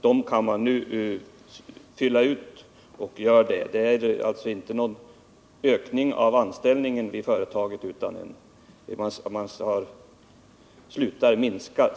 Det är alltså inte fråga om någon ökning av antalet anställda vid företaget, utan sysselsättningen där har bara slutat minska.